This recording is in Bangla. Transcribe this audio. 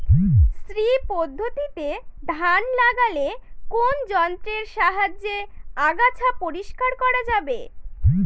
শ্রী পদ্ধতিতে ধান লাগালে কোন যন্ত্রের সাহায্যে আগাছা পরিষ্কার করা যাবে?